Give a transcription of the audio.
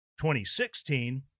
2016